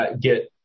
get